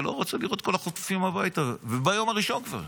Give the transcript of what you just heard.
שלא רצה לראות את כל החטופים בבית כבר ביום הראשון.